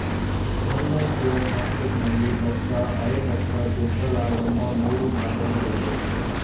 financial ಮಾರ್ಕೆಟ್ನಲ್ಲಿ ದಕ್ಷ, ಅರೆ ದಕ್ಷ, ದುರ್ಬಲ ಎಂಬ ಮೂರು ಮಾದರಿ ಗಳಿವೆ